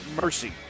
Mercy